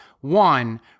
One